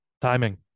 Timing